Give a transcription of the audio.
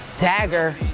Dagger